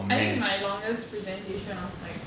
I think my longest presentation was like